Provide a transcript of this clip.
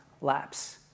lapse